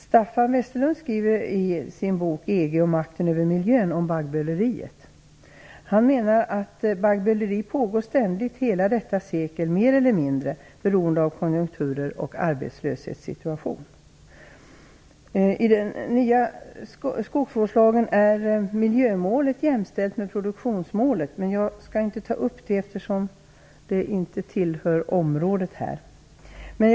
Staffan Westerlund skriver om baggböleriet i sin bok EG och makten över miljön. Han menar att baggböleri ständigt pågått under hela detta sekel, mer eller mindre, beroende på konjunktur och arbetslöshetssituation. I den nya skogsvårdslagen är miljömålet jämställt med produktionsmålet, men jag skall inte ta upp det, eftersom det inte tillhör det här området.